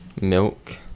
Milk